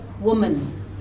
woman